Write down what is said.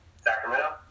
Sacramento